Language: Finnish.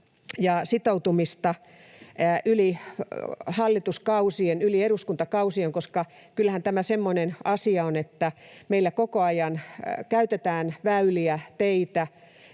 ja sitoutumista yli hallituskausien, yli eduskuntakausien. Kyllähän tämä semmoinen asia on, että meillä koko ajan käytetään väyliä, teitä,